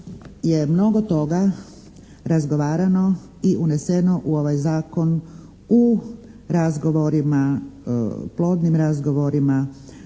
jer mnogo toga razgovarano i uneseno u ovaj Zakon u razgovorima,